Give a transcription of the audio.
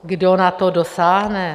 Kdo na to dosáhne?